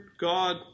God